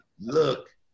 look